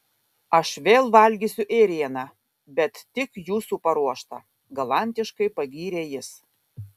aš vėl valgysiu ėrieną bet tik jūsų paruoštą galantiškai pagyrė jis